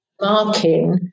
marking